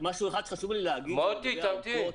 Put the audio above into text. משהו אחד שחשוב לי להגיד -- מוטי תמתין.